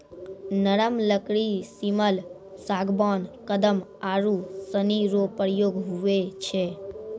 नरम लकड़ी सिमल, सागबान, कदम आरू सनी रो प्रयोग हुवै छै